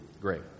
Great